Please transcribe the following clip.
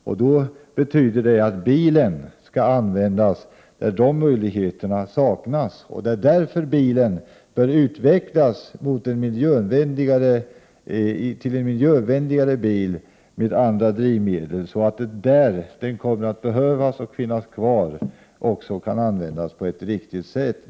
Det innebär att bilen skall användas där de möjligheterna saknas, och det är därför bilen bör utvecklas till ett miljövänligare fordon med andra drivmedel. Den kommer att behövas och finnas kvar, och den skall också kunna användas på ett riktigt sätt.